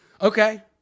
Okay